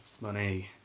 Money